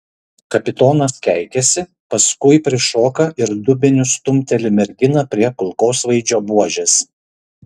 kapitonas keikiasi paskui prišoka ir dubeniu stumteli merginą prie kulkosvaidžio buožės